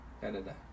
Canada